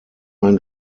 ein